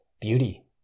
beauty